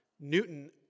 Newton